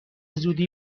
زودی